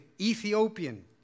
Ethiopian